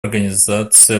организации